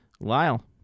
Lyle